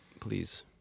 please